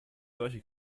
solche